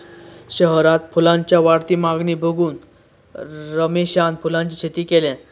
शहरात फुलांच्या वाढती मागणी बघून रमेशान फुलांची शेती केल्यान